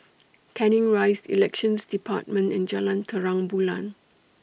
Canning Rise Elections department and Jalan Terang Bulan